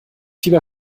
fieber